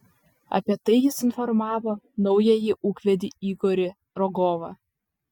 apie tai jis informavo naująjį ūkvedį igorį rogovą